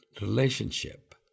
relationship